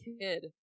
kid